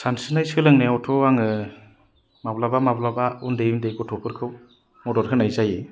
सानस्रिनाय सोलोंनायावथ' आङो माब्लाबा माब्लाबा उन्दै उन्दै गथ'फोरखौ मदद होनाय जायो